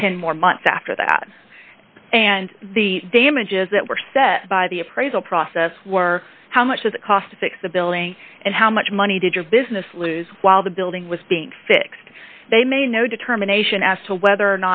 for ten more months after that and the damages that were set by the appraisal process were how much does it cost to fix the billing and how much money did your business lose while the building was being fixed they may no determination as to whether or